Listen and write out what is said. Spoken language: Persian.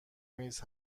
میز